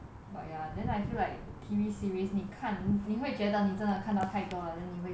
but ya then I feel like T_V series 你看你会觉得你真的看到真的太多了 then 你会 stop